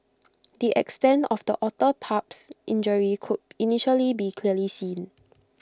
the extent of the otter pup's injury could initially be clearly seen